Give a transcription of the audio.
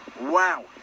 Wow